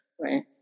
right